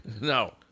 No